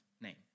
name